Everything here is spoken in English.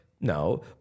No